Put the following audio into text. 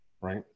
right